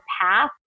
path